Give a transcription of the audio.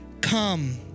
come